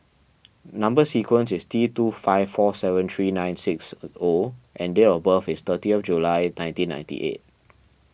Number Sequence is T two five four seven three nine six O and date of birth is thirty of July nineteen ninety eight